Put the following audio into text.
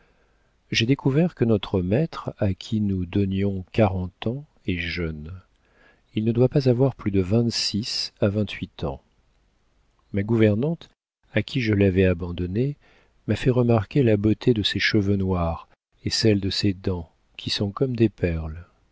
j'ai découvert que notre maître à qui nous donnions quarante ans est jeune il ne doit pas avoir plus de vingt-six à vingt-huit ans ma gouvernante à qui je l'avais abandonné m'a fait remarquer la beauté de ses cheveux noirs et celle de ses dents qui sont comme des perles